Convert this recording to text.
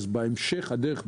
בהמשך הדרך,